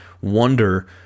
wonder